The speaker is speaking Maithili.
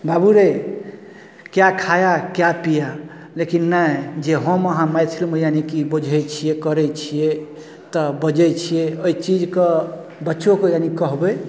बाबू रे क्या खाया क्या पिया लेकिन नहि जे हम अहाँ मैथिलीमे यानीकि बुझै छिए करै छिए तऽ बजै छिए एहि चीजके बच्चोके यानी कहबै